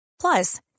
Plus